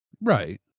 right